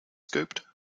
scooped